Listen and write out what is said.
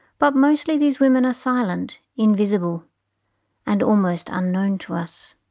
but mostly these women are silent, invisible and almost unknown to us.